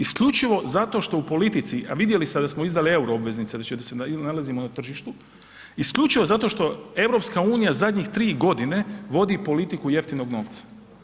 Isključivo zato što u politici, a vidjeli ste da smo izdali euro obveznice, da se nalazimo na tržištu, isključivo zato što EU zadnjih 3 godine vodi politiku jeftinog novca.